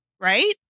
right